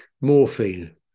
morphine